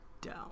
down